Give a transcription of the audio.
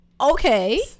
Okay